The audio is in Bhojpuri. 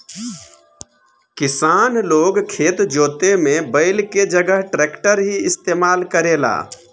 किसान लोग खेत जोते में बैल के जगह ट्रैक्टर ही इस्तेमाल करेला